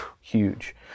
huge